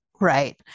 right